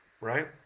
right